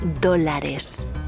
dólares